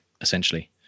essentially